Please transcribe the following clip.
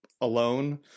alone